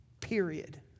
Period